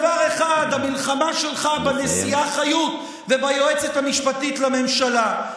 אותך מעניין דבר אחד: המלחמה שלך בנשיאה חיות וביועצת המשפטית לממשלה.